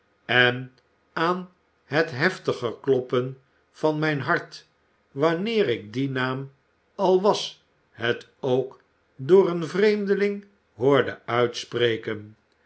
en aan het heftiger klor pen van mijn hart wanneer ik dien naam al was het ook door een vreemdeling hoorde uitspreken